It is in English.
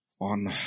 on